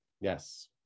Yes